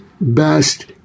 best